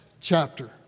chapter